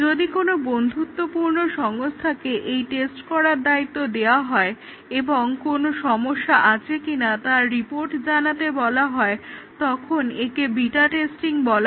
যদি কোনো বন্ধুত্বপূর্ণ সংস্থাকে এই টেস্ট করার দায়িত্ব দেওয়া হয় এবং কোনো সমস্যা আছে কিনা তার রিপোর্ট জানাতে বলা হয় তখন একে বিটা টেস্টিং বলে